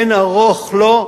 אין ערוך לו,